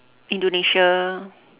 indonesia